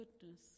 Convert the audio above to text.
goodness